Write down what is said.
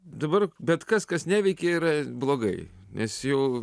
dabar bet kas kas neveikia yra blogai nes jau